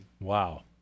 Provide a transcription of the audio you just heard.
Wow